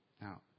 Now